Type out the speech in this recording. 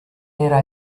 era